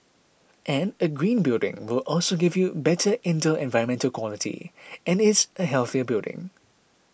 and a green building will also give you better indoor environmental quality and is a healthier building